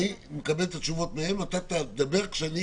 אני מקבל את התשובות מהם, ואתה תדבר כשאני